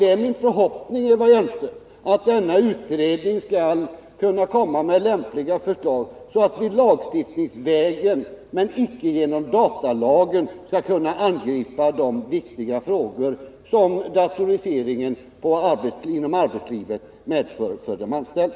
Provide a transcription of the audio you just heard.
Det är min förhoppning, Eva Hjelmström, att denna utredning skall kunna lägga fram lämpliga förslag, så att vi lagstiftningsvägen — men icke genom datalagen — skall kunna angripa de viktiga problem som datoriseringen inom arbetslivet medför för de anställda.